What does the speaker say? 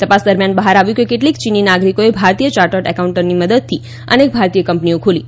તપાસ દરમિયાન બહાર આવ્યું કે કેટલીક ચીની નાગરિકોએ ભારતીય ચાર્ટર્ડ એકાઉન્ટની મદદથી અનેક ભારતીય કંપનીઓ ખોલી છે